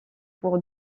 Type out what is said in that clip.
pour